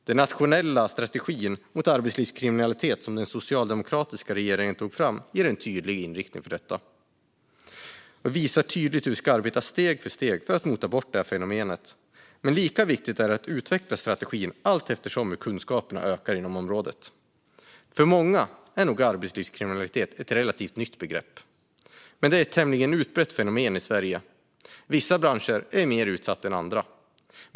Den nationella strategin mot arbetslivskriminalitet som den socialdemokratiska regeringen tog fram ger en tydlig inriktning för hur vi ska arbeta steg för steg för att mota bort fenomenet. Men lika viktigt är det att utveckla strategin allteftersom kunskaper inom området ökar. För många är nog arbetslivskriminalitet ett relativt nytt begrepp, men det är ett tämligen utbrett fenomen i Sverige. Vissa branscher är mer utsatta än andra.